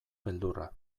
beldurra